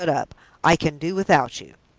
i can do without you.